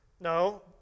No